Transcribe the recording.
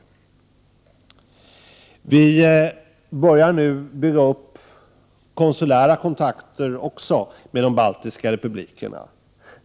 Vi börjar nu bygga upp konsulära kontakter också med de baltiska republikerna.